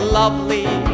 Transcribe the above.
lovely